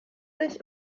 sich